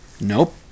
Nope